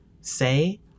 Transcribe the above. say